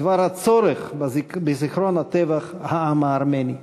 בדבר הצורך בזיכרון טבח העם הארמני.